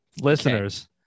listeners